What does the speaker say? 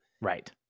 right